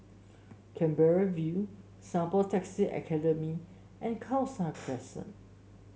Canberra View Singapore Taxi Academy and Khalsa Crescent